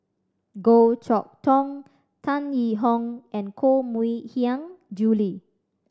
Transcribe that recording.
Goh Chok Tong Tan Yee Hong and Koh Mui Hiang Julie